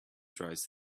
dries